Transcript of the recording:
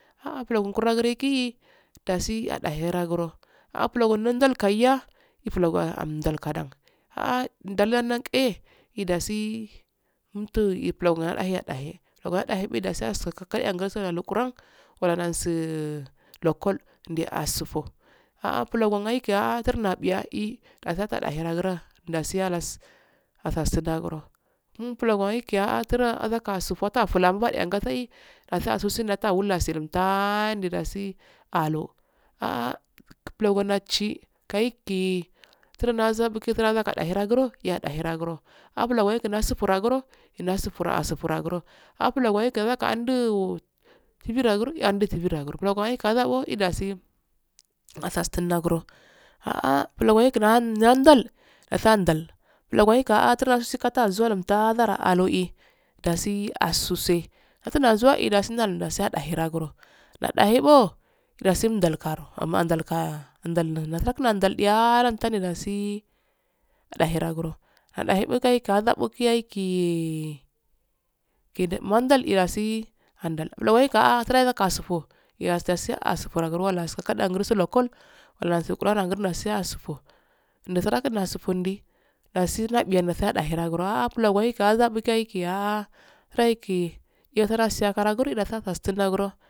Ha ah fraku guroki giriki dasi adahe ragro ah gumoki ndal playya iflago ndal kadan ha'ah ndal la nakke yo dass umtu plun ya dahe ah dahe bulo na dahe be dasi asi ka kalyan gasa lukuran walla nasu lekol nde asufo ha ah pulo ngo ya azar nabi ya eeh dasi atehe ada ragradasi halas asasun nagro kin slogo ke atr azaka sufota fla mbu gatse dasi asuro sirala nfta an ndi da du ah ah bulong ndachi kaiki grangi asa bugun gi adahe ragro ya dahe ragro abula wesufo ragro isufula isufa ragro ila sufa asufa ragro afulo wekadndu tini rongi ehnati tini rongi bulon wake azra oh neh dasi asaftun nagro ah bulon wekla nandal asha nidal bulo eka atra sheka zuwaga azara alu eh das asu se tabu alu eh dasi adhe agro adaheko dasi mtal garo amma ndal ka ndal dasi lapta ndali eh achi eh naftal eh dasi ma dahe ragro madahebuye yakum haza bukuyaki hede pan numan ndali ya eh dasi andal bulo weka surok asufio iyodasi asufo rogrio walla kadan lesu lokol walla asu lukuran nagurnoi nasi asufo dasi granki asufa yeka'ah granki yeki ah grankiyeke asaftun ragro.